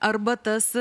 arba tas